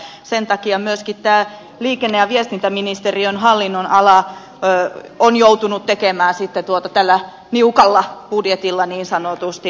sen takia myöskin tämä liikenne ja viestintäministeriön hallinnonala on joutunut tekemään tällä niukalla budjetilla niin sanotusti tätä talousarviota